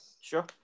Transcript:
sure